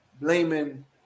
blaming